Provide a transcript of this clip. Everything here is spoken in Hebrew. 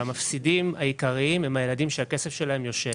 והמפסידים העיקריים הם הילדים, שהכסף שלהם יושב.